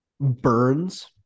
burns